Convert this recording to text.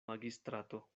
magistrato